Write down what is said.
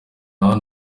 hano